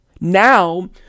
Now